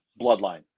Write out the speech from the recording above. bloodline